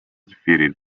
defeated